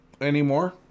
anymore